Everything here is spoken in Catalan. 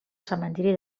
cementiri